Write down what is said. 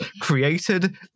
created